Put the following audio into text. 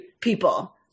people